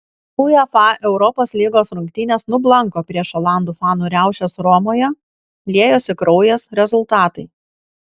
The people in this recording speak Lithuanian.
uefa europos lygos rungtynės nublanko prieš olandų fanų riaušes romoje liejosi kraujas rezultatai